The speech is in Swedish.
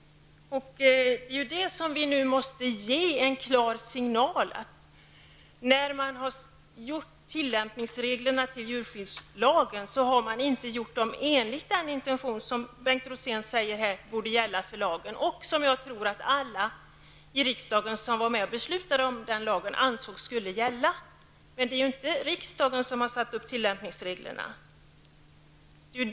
Nu måste vi ge en klar signal om att när man gjorde tillämpningsreglerna till djurskyddslagen har man inte gjort dem enligt den intention som Bengt Rosén säger borde gälla för lagen. Jag tror att alla i riksdagen som var med och beslutade om den lagen ansåg att dessa intentioner skulle gälla. Det är dock inte riksdagen som har satt upp tillämpningsreglerna.